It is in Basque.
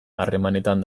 harremanetan